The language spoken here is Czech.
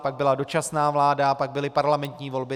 Pak byla dočasná vláda, pak byly parlamentní volby.